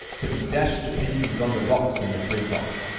to be dashed to pieces on the rocks and the tree tops.